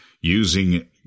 using